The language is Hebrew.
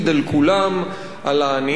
על העניים ועל העשירים.